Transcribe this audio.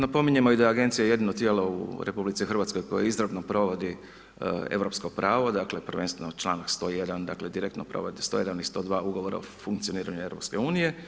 Napominjemo i da je agencija jedino tijelo u RH koje izravno provodi europsko pravo, dakle prvenstveno članak 101. dakle direktno ... 101. i 102. ugovora o funkcioniranju EU.